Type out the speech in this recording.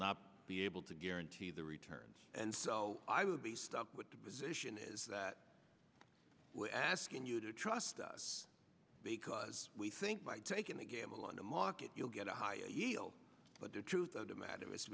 not be able to guarantee the returns and so i would be stuck with the position is that we're asking you to trust us because we think by taking a gamble on the market you'll get a higher but the truth of the matter is